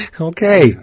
Okay